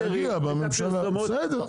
כשיגיע בממשלה, בסדר.